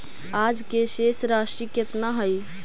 आज के शेष राशि केतना हई?